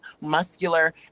muscular